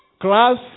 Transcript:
class